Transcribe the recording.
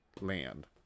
land